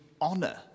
honor